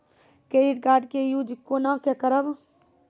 Credit card के use कोना के करबऽ?